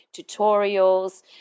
tutorials